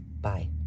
Bye